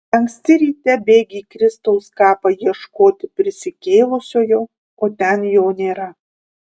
anksti ryte bėgi į kristaus kapą ieškoti prisikėlusiojo o ten jo nėra